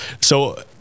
So-